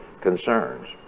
concerns